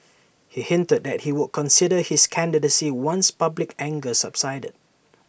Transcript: he hinted that he would consider his candidacy once public anger subsided